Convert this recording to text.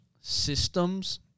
systems